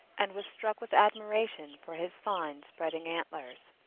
and was struck with admiration for his fine spreading antlers,